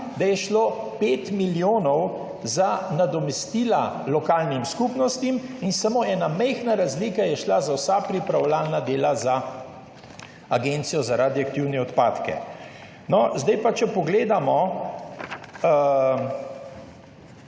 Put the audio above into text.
sklad, šlo 5 milijonov za nadomestila lokalnim skupnostim in samo ena majhna razlika je šla za vsa pripravljalna dela za Agencijo za radioaktivne odpadke. Zdaj pa če pogledamo,